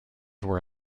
were